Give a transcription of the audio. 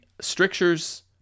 strictures